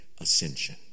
ascension